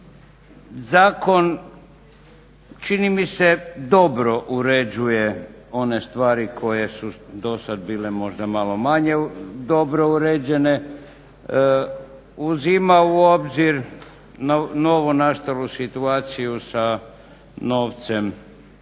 Zakon čini mi se dobro uređuje one stvari koje su do sad bile možda malo manje dobro uređene, uzima u obzir novonastalu situaciju sa novcem